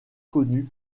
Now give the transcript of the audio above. connue